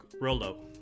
Rolo